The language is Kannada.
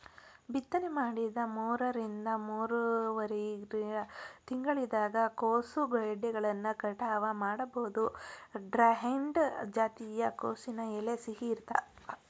ಬಿತ್ತನೆ ಮಾಡಿದ ಮೂರರಿಂದ ಮೂರುವರರಿ ತಿಂಗಳದಾಗ ಕೋಸುಗೆಡ್ಡೆಗಳನ್ನ ಕಟಾವ ಮಾಡಬೋದು, ಡ್ರಂಹೆಡ್ ಜಾತಿಯ ಕೋಸಿನ ಎಲೆ ಸಿಹಿ ಇರ್ತಾವ